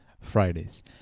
Fridays